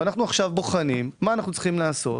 ואנחנו עכשיו בוחנים מה אנחנו צריכים לעשות